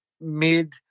mid